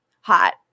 Hot